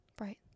Right